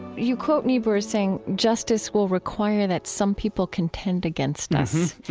you quote niebuhr as saying, justice will require that some people contend against us.